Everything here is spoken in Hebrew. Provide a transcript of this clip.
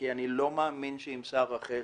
כי אני לא מאמין שעם שר אחר